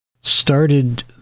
started